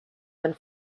than